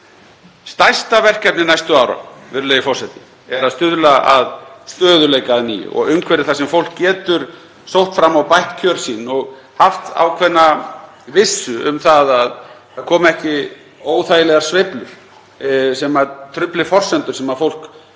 Stærsta verkefni næstu ára, virðulegur forseti, er að stuðla að stöðugleika að nýju og umhverfi þar sem fólk getur sótt fram og bætt kjör sín og haft ákveðna vissu um að það komi ekki óþægilegar sveiflur sem trufli forsendur sem fólk